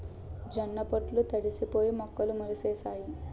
జొన్న పొట్లు తడిసిపోయి మొక్కలు మొలిసేసాయి